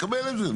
מקבל את זה,